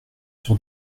sur